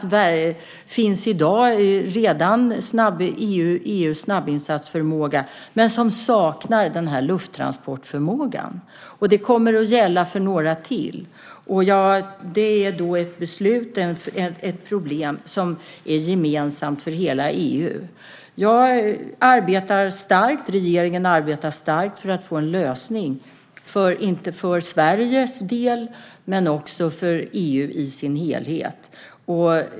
Redan i dag finns en snabbinsatsförmåga inom EU, men lufttransportförmågan saknas. Det kommer att gälla för några till. Det är ett problem som är gemensamt för hela EU. Regeringen arbetar starkt för att få en lösning, inte bara för Sveriges del utan också för EU i sin helhet.